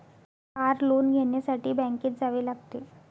car loan घेण्यासाठी बँकेत जावे लागते